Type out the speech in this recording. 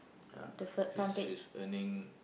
yeah she's she's earning